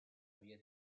había